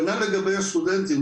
כנ"ל לגבי הסטודנטים,